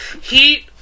Heat